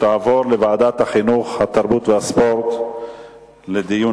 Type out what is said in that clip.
הנושא לוועדת החינוך, התרבות והספורט נתקבלה.